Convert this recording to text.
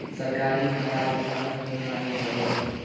सरकारी भण्डार में धानक बहुत हानि भ गेल